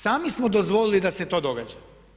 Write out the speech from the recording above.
Sami smo dozvolili da se to događa.